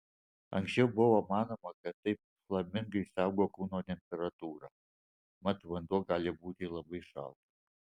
anksčiau buvo manoma kad taip flamingai saugo kūno temperatūrą mat vanduo gali būti labai šaltas